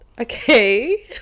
Okay